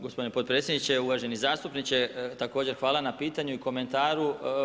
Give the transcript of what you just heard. Gospodine potpredsjedniče, uvaženi zastupniče također hvala na pitanju i komentaru.